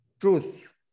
truth